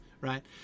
right